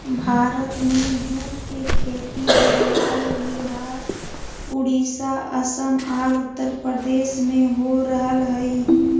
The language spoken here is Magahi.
भारत में जूट के खेती बंगाल, विहार, उड़ीसा, असम आर उत्तरप्रदेश में हो रहल हई